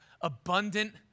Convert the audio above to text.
abundant